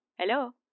Hello